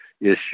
issue